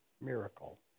miracle